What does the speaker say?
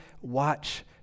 Watch